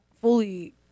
fully